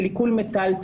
של עיקול מיטלטלין.